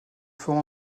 fort